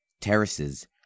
terraces